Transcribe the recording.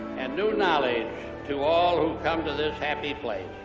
and new knowledge to all who come to this happy place.